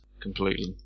completely